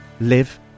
live